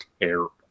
terrible